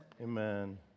Amen